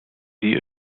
sie